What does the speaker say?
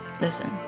Listen